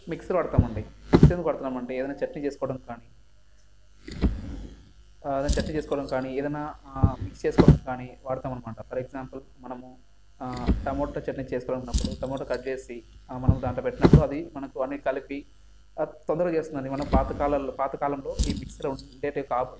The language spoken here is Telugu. మిక్సీ వాడతామండి మిక్సీ ఎందుకు వాడుతామంటే ఏదైనా చట్నీ చేసుకోవడం కానీ చట్ని చేసుకోవడం కానీ ఏదైనా మిక్స్ చేసుకోవడం కానీ వాడుతాం అన్నమాట ఫర్ ఎగ్జాంపుల్ మనము టమోటా చట్నీ చేసుకోవాలకున్నప్పుడు టమోటా కట్ చేసి ఆ మనం దాంట్లో పెట్టినప్పుడు అది మనకు అన్నీ కలిపి తొందరగా చేస్తుందండి మన పాతకాలలో పాతకాలంలో ఈ మిక్సీలు ఉండేవి కావు